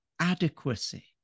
adequacy